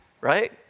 right